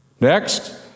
Next